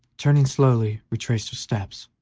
turning, slowly retraced her steps,